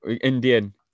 Indian